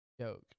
joke